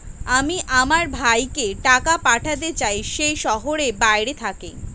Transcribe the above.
আমি আমার ভাইকে টাকা পাঠাতে চাই যে শহরের বাইরে থাকে